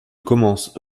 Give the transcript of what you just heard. commence